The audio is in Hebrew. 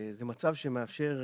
זה מצב שמאפשר,